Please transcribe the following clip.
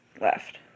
left